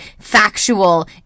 factual